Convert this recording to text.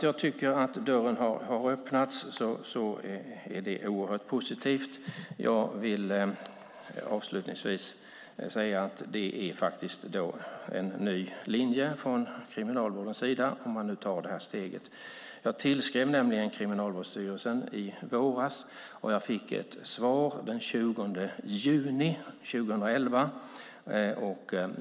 Jag tycker att dörren har öppnats, och det är oerhört positivt. Jag vill avslutningsvis säga att det är en ny linje från Kriminalvårdens sida om man tar det här steget. Jag tillskrev nämligen Kriminalvården i våras, och jag fick ett svar den 20 juni 2011.